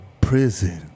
Prison